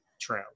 true